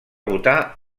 votar